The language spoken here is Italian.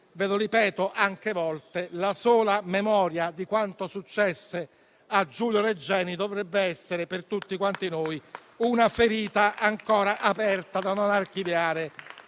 ve lo ripeto altre volte: la sola memoria di quanto successe a Giulio Regeni dovrebbe essere per tutti quanti noi una ferita ancora aperta, da non archiviare